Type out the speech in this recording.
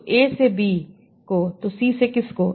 तो a से b को तो c से किसको